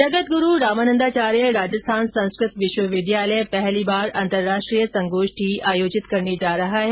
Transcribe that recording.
जगद्ग्रू रामानन्दाचार्य राजस्थान संस्कृत विश्वविद्यालय पहली बार अन्तरराष्ट्रीय संगोष्ठी का आयोजन कर रहा है